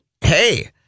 hey